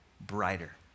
brighter